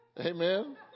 Amen